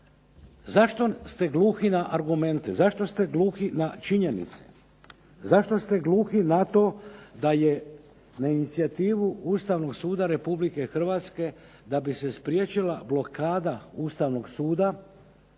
Zašto ste gluhi na argumente, zašto ste gluhi na činjenice, zašto ste gluhi na to da je na inicijativu Ustavnog suda Republike Hrvatske da bi se spriječila blokada Ustavnog suda